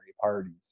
parties